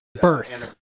birth